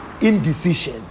Indecision